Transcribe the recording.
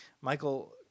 Michael